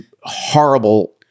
horrible